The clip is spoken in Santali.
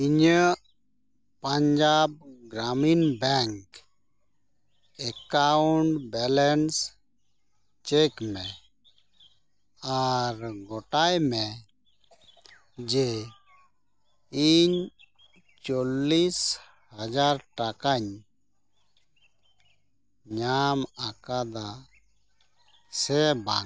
ᱤᱧᱟᱹᱜ Punjab Gramin bank account balance check ᱢᱮ ᱟᱨ ᱜᱳᱴᱟᱭᱢᱮ ᱡᱮ ᱤᱧ ᱪᱚᱞᱞᱤᱥ ᱦᱟᱡᱟᱨ ᱴᱟᱠᱟᱧ ᱧᱟᱢ ᱟᱠᱟᱫᱟ ᱥᱮᱵᱟᱝ